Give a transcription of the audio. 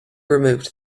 removed